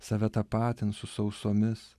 save tapatins su sausomis